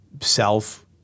self